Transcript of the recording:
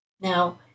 Now